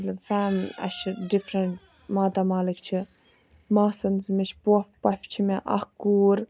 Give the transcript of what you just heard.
مَطلَب فیم اَسہِ چھِ ڈِفرَنٹ ماتامالٕکۍ چھِ ماسَن مےٚ چھِ پۄف پۄفہِ چھِ مےٚ اکھ کوٗر